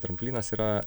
tramplynas yra